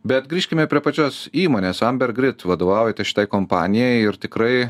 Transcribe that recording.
bet grįžkime prie pačios įmonės ambergrit vadovaujate šitai kompanijai ir tikrai